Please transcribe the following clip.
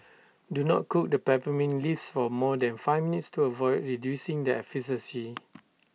do not cook the peppermint leaves for more than five minutes to avoid reducing their efficacy